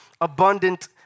abundant